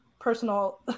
personal